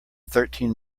thirteen